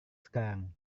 sekarang